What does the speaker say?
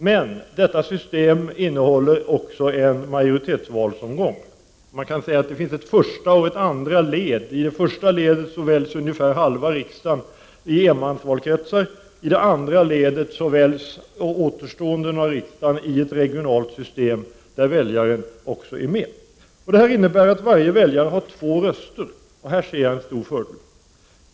Men detta system innehåller också en majoritetsvalsomgång. Man kan säga att det finns ett första och ett andra led i systemet. I det första ledet väljs ungefär halva riksdagen i enmansvalkretsar, och i det andra ledet väljs återstoden av riksdagen i ett regionalt system, där också väljaren får delta. Detta innebär att varje väljare har två röster, och i detta ser jag en stor fördel.